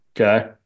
Okay